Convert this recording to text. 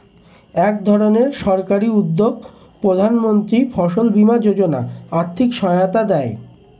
একধরনের সরকারি উদ্যোগ প্রধানমন্ত্রী ফসল বীমা যোজনা আর্থিক সহায়তা দেয়